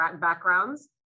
backgrounds